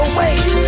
wait